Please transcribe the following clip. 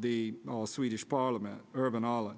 the all swedish parliament urban all